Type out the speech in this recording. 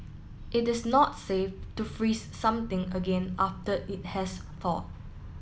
it is not safe to freeze something again after it has thawed